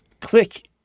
click